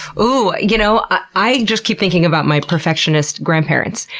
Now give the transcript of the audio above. ooh. you know, i just keep thinking about my perfectionist grandparents.